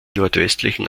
nordwestlichen